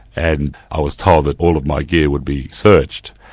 and i was told that all of my gear would be searched.